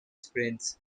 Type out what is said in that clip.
sprints